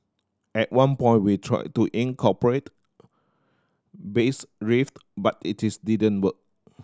at one point we tried to incorporate bass riff but it didn't work